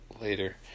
later